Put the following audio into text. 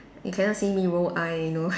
you cannot see me roll eye you know